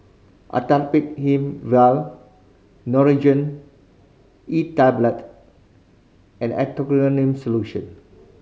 Actrapid Him vial Nurogen E Tablet and Erythroymycin Solution